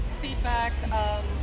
feedback